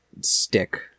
stick